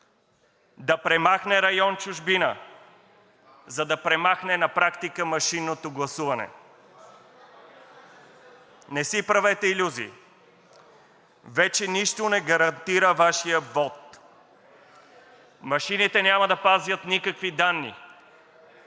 да премахне район „Чужбина“, за да премахне на практика машинното гласуване. Не си правете илюзии. Вече нищо не гарантира Вашия вот. Машините няма да пазят никакви данни.